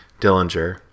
dillinger